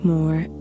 More